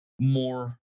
more